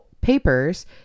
papers